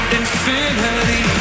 infinity